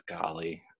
golly